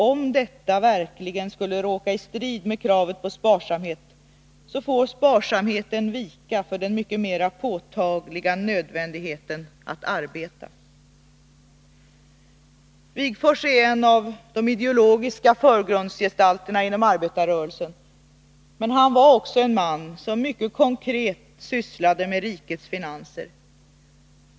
Om detta verkligen skulle råka i strid med kravet på sparsamhet, så får sparsamheten vika för den mycket mera påtagliga nödvändigheten att arbeta.” Wigforss är en av de ideologiska förgrundsgestalterna inom arbetarrörelsen, men han var också en man som mycket konkret sysslade med rikets finanser.